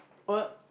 what